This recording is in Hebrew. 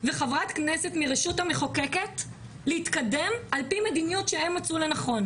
וחברת כנסת מרשות המחוקקת להתקדם על פי מדיניות שהן מצאו לנכון.